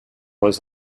was